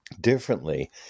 differently